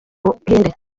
buhinde